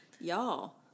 Y'all